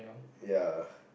ya